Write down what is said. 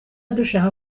dushaka